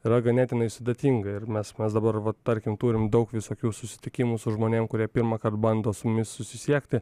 yra ganėtinai sudėtinga ir mes mes dabar va tarkim turim daug visokių susitikimų su žmonėm kurie pirmąkart bando su mumis susisiekti